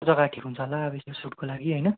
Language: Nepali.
कुन चाहिँ जग्गा ठिक हुन्छ होला अब यस्तो सुटको लागि होइन